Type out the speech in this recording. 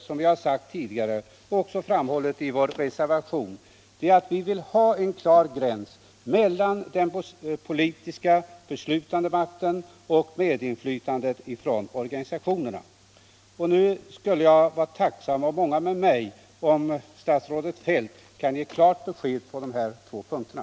Som vi har sagt tidigare och också framhållit i vår reservation, vill vi på detta område ha en klar avgränsning mellan den politiska beslutande makten och organisationernas medinflytande. Jag skulle vara tacksam — och många med mig — om statsrådet Feldt kunde ge ett besked på de här två punkterna.